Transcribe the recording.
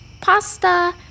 pasta